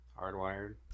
Hardwired